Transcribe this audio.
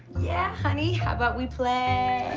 yeah honey, how about we play.